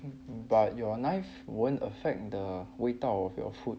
but your knife won't affect the 味道 of your food